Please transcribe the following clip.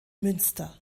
münster